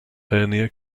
hernia